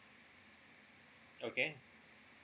okay